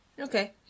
Okay